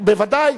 בוודאי.